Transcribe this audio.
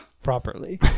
properly